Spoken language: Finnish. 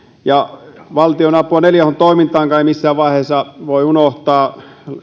valtionapua neljä h toimintaankaan ei missään vaiheessa voi unohtaa